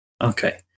Okay